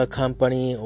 company